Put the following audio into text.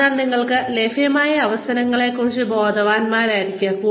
അതിനാൽ നിങ്ങൾക്ക് ലഭ്യമായ അവസരങ്ങളെക്കുറിച്ച് ബോധവാനായിരിക്കുക